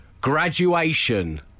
Graduation